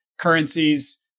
currencies